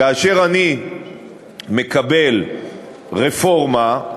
כאשר אני מקבל רפורמה,